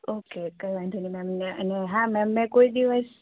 okay કઈ વાંધો નહીં મેમ અને હા મેમ મેં કોઈ દિવસ